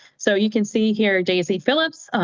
so you can see here, daisy phillips,